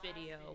video